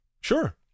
Sure